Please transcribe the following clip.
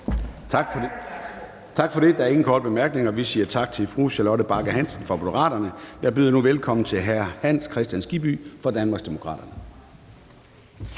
Tak for det. Der er ingen korte bemærkninger. Vi siger tak til fru Charlotte Bagge Hansen fra Moderaterne. Jeg byder nu velkommen til hr. Hans Kristian Skibby fra Danmarksdemokraterne.